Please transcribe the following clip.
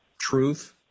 truth